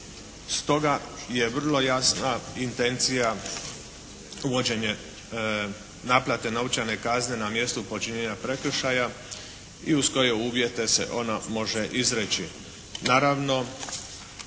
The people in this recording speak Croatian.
Stoga je vrlo jasna intencija uvođenje naplate novčane kazne na mjestu počinjena prekršaja i uz koje se uvjete se ona može izreći.